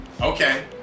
okay